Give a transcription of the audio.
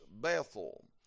Bethel